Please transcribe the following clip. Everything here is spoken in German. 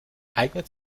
eignet